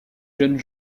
jeunes